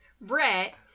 Brett